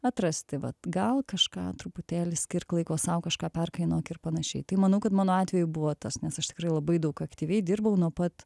atrasti vat gal kažką truputėlį skirk laiko sau kažką perkainok ir panašiai tai manau kad mano atveju buvo tas nes aš tikrai labai daug aktyviai dirbau nuo pat